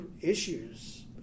issues